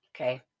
okay